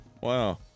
Wow